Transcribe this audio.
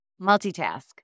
multitask